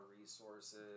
resources